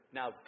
now